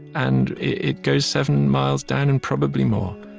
and it goes seven miles down and probably more.